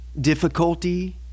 difficulty